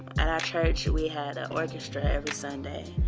at our church, we had a orchestra every sunday.